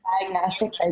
diagnostic